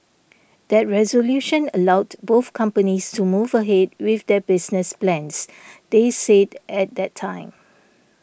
that resolution allowed both companies to move ahead with their business plans they said at that time